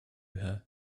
her